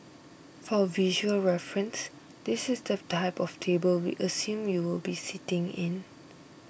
for visual reference this is the type of table we assume you will be sitting in